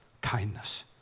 kindness